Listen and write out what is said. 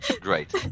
Great